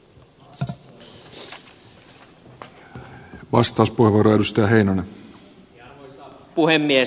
arvoisa puhemies